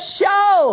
show